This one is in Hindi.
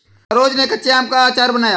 सरोज ने कच्चे आम का अचार बनाया